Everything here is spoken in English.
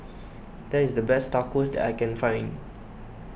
this is the best Tacos that I can find